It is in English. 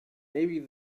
maybe